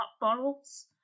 bottles